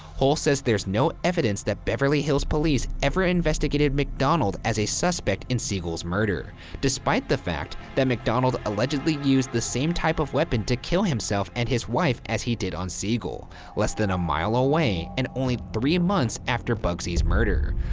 hull says there's no evidence that beverly hills police ever investigated macdonald as a suspect in siegel's murder despite the fact that macdonald allegedly used the same type of weapon to kill himself and his wife as he did on siegel less than a mile away and only three months after bugsy's murder.